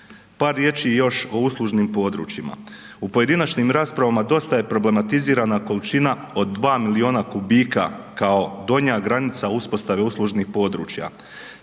Par riječi još o uslužnim područjima. U pojedinačnim raspravama dosta je problematizirana količina od 2 miliona kubika kao donja granica uspostave uslužnih područja.